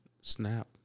snap